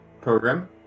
program